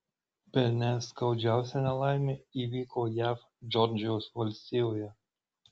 bene skaudžiausia nelaimė įvyko jav džordžijos valstijoje